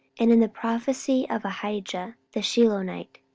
and in the prophecy of ahijah the shilonite,